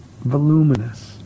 voluminous